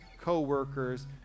co-workers